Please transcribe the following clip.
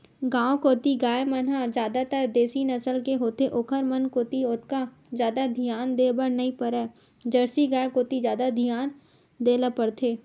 गांव कोती गाय मन ह जादातर देसी नसल के होथे ओखर मन कोती ओतका जादा धियान देय बर नइ परय जरसी गाय कोती जादा धियान देय ल परथे